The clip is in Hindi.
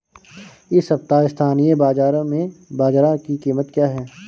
इस सप्ताह स्थानीय बाज़ार में बाजरा की कीमत क्या है?